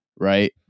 right